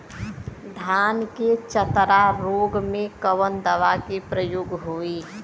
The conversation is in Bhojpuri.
धान के चतरा रोग में कवन दवा के प्रयोग होई?